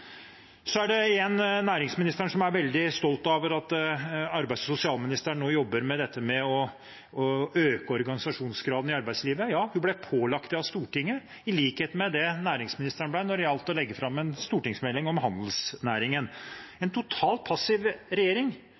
Så er næringsministeren veldig stolt over at arbeids- og sosialministeren nå jobber med å øke organisasjonsgraden i arbeidslivet. Ja, hun ble pålagt det av Stortinget, i likhet med det næringsministeren ble når det gjaldt å legge fram en stortingsmelding om handelsnæringen – en totalt passiv regjering